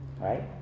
Right